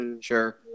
Sure